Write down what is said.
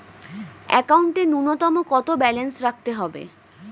একাউন্টে নূন্যতম কত ব্যালেন্স রাখতে হবে?